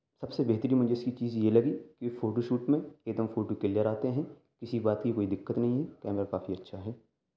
سب سے بہترین مجھے اس کی چیز یہ لگی کہ یہ فوٹو شوٹ میں ایک دم فوٹو کلیئر آتے ہیں کسی بات کی کوئی دِقّت نہیں ہے کیمرہ کافی اچّھا ہے